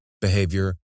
behavior